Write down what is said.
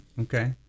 Okay